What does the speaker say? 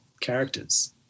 characters